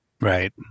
Right